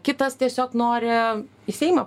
kitas tiesiog nori į seimą